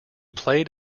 played